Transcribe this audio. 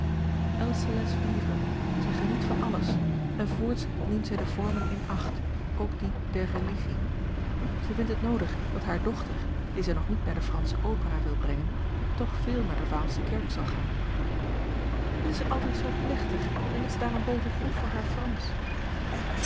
laisse vivre zij geniet van alles en voorts neemt zij de vormen in acht ook die der religie zij vindt het noodig dat hare dochter die zij nog niet naar de fransche opera wil brengen toch veel naar de waalsche kerk zal gaan het is er altijd zoo plechtig en het is daarenboven goed voor haar fransch